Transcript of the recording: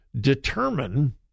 determine